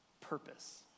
Purpose